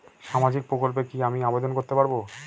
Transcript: সামাজিক প্রকল্পে কি আমি আবেদন করতে পারবো?